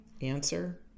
answer